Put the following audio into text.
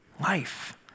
life